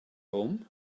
home